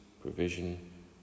provision